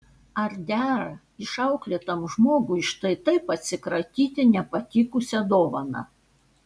ar dera išauklėtam žmogui štai taip atsikratyti nepatikusia dovana